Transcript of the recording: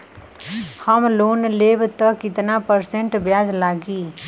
हम लोन लेब त कितना परसेंट ब्याज लागी?